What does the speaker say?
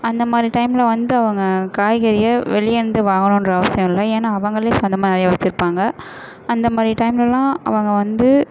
அந்த மாதிரி டைமில் வந்து அவங்க காய்கறியை வெளியிருந்து வாங்கணுகிற அவசியம் இல்லை ஏன்னால் அவர்களே சொந்தமாக நிறையா வச்சுருப்பாங்க அந்த மாதிரி டைம்லெல்லாம் அவங்க வந்து